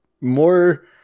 more